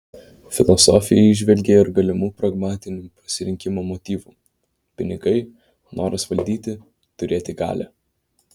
filosofė įžvelgė ir galimų pragmatinių pasirinkimo motyvų pinigai noras valdyti turėti galią